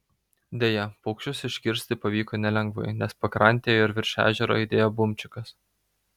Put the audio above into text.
deja paukščius išgirsti pavyko nelengvai nes pakrantėje ir virš ežero aidėjo bumčikas